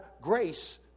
grace